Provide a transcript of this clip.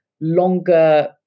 longer